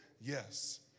yes